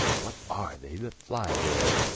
what are they that flye there?